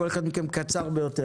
כל אחד מכם קצר ביותר.